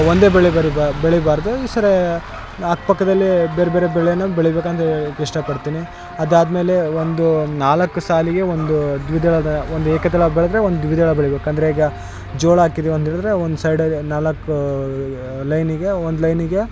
ಒಂದೇ ಬೆಳೆ ಬೆಳಿಬಾ ಬೆಳಿಬಾರದು ಈ ಸರಿ ಅಕ್ಪಕ್ದಲ್ಲಿ ಬೇರೆಬೇರೆ ಬೆಳೇ ಬೆಳಿಬೇಕು ಅಂತ ಹೇಳೋಕ್ ಇಷ್ಟ ಪಡ್ತೀನಿ ಅದು ಆದ್ಮೇಲೆ ಒಂದು ನಾಲ್ಕು ಸಾಲಿಗೆ ಒಂದು ದ್ವಿದಳದ ಒಂದು ಏಕದಳ ಬೆಳೆದ್ರೆ ಒಂದು ದ್ವಿದಳ ಬೆಳಿಬೇಕು ಅಂದರೆ ಈಗ ಜೋಳ ಹಾಕಿದ್ವಿ ಅಂತೇಳಿದ್ರೆ ಒಂದು ಸೈಡಲ್ಲಿ ನಾಲ್ಕು ಲೈನಿಗೆ ಒಂದು ಲೈನಿಗೆ